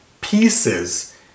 pieces